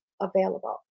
available